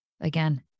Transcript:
Again